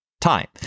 time